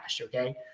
okay